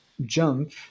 jump